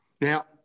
Now